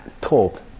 talk